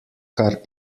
kar